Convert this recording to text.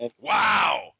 Wow